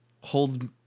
Hold